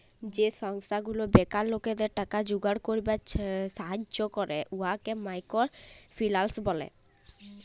যে সংস্থা গুলা বেকার লকদের টাকা জুগাড় ক্যইরবার ছাহাজ্জ্য ক্যরে উয়াকে মাইকর ফিল্যাল্স ব্যলে